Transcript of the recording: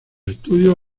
estudios